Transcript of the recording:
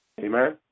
Amen